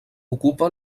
ocupa